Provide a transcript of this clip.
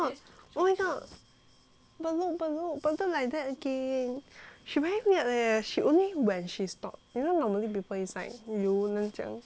but look but look but look like that again she very weird leh she only when she stopped you know normally people is like 游到将